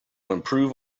improve